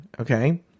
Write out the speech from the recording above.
Okay